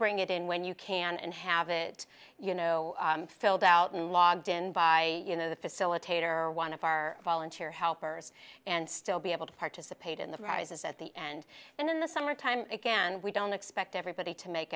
bring it in when you can and have it you know filled out and logged in by you know the facilitator or one of our volunteer helpers and still be able to participate in the prizes at the end and in the summer time again we don't expect everybody to make